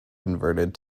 converted